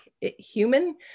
human